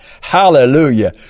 hallelujah